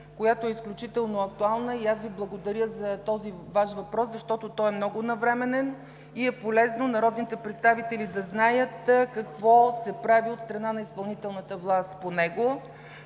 която е изключително актуална и аз Ви благодаря за този въпрос, защото той е много навременен и е полезно народните представители да знаят какво се прави от страна на изпълнителната власт по него.